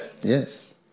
Yes